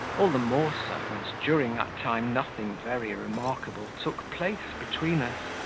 all the more so as during that time nothing very remarkable took place between us.